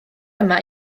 yma